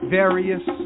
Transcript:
various